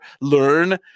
learn